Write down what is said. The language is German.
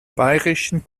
bayrischen